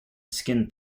skin